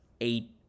eight